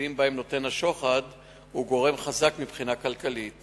במצבים שבהם נותן השוחד הוא גורם חזק מבחינה כלכלית